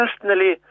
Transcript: personally